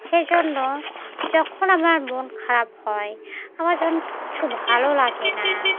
সেই জন্য যখন আমার মন খারাপ হয় আমার যখন কিচ্ছু ভালো লাগে না